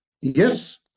yes